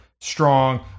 strong